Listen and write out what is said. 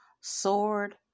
sword